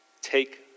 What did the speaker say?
Take